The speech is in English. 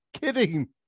kidding